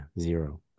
zero